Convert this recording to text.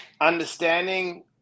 understanding